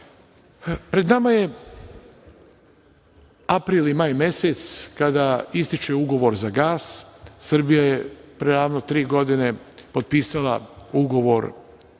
nama je april i maj mesec kada ističe ugovor za gas. Srbija je pre ravno tri godine potpisala ugovor